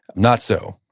not so.